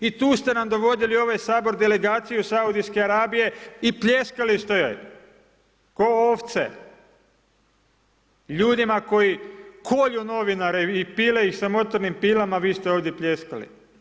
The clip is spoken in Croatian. I tu ste nam dovodili u ovaj Sabor delegaciju Saudijske Arabije i pljeskali ste joj, kao ovce, ljudima koji kolju novinare i pile ih sa motornim pilama, vi ste ovdje pljeskali.